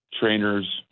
Trainers